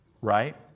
right